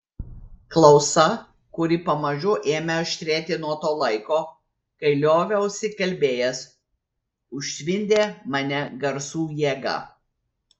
klausa kuri pamažu ėmė aštrėti nuo to laiko kai lioviausi kalbėjęs užtvindė mane garsų jėga